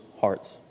hearts